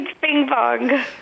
ping-pong